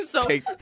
take